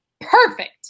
perfect